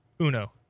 Uno